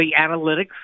analytics